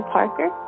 Parker